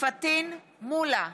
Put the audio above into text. פטין מולא,